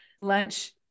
lunch